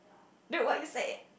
look what you said